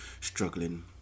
struggling